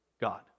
God